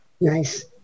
Nice